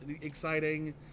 exciting